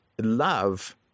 love